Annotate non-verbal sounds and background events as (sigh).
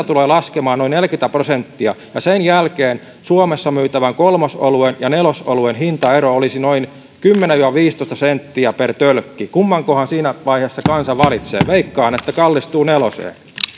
(unintelligible) tulee laskemaan noin neljäkymmentä prosenttia ja sen jälkeen suomessa myytävän kolmosoluen ja nelosoluen hintaero olisi noin kymmenen viiva viisitoista senttiä per tölkki kummankohan siinä vaiheessa kansa valitsee veikkaan että kallistuu neloseen